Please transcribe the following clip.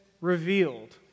revealed